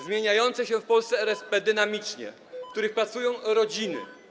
Zmieniające się w Polsce dynamicznie RSP, w których pracują rodziny.